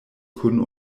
kun